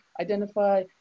identify